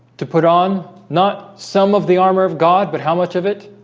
to put on not some of the armor of god, but how much of it